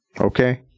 Okay